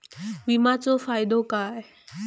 विमाचो फायदो काय?